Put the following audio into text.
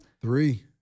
Three